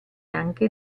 anche